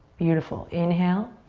beautiful. inhale.